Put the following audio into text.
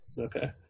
Okay